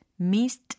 missed